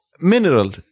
mineral